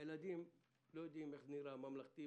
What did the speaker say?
הילדים לא יודעים איך נראה ממלכתי,